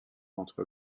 contre